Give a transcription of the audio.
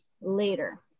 later